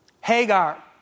Hagar